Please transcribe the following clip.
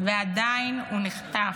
ועדיין הוא נחטף.